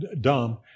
dumb